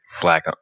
black